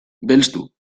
belztu